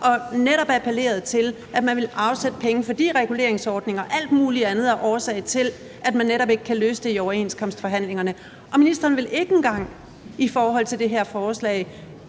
og appelleret netop til, at man ville afsætte penge, fordi reguleringsordningen og alt muligt er årsagen til, at man ikke kan løse det i overenskomstforhandlingerne. Og ministeren vil ikke engang i forhold til det her forslag